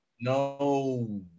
No